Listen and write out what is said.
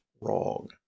wrong